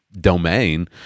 domain